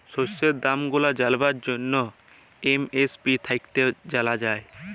শস্যের দাম গুলা জালবার জ্যনহে এম.এস.পি থ্যাইকে জালা যায়